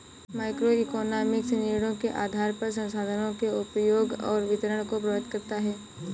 microeconomics निर्णयों के आधार पर संसाधनों के उपयोग और वितरण को प्रभावित करता है